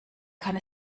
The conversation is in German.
kann